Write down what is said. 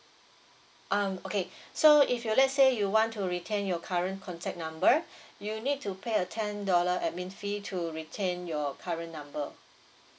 um okay so if you let's say you want to retain your current contact number you need to pay a ten dollar admin fee to retain your current number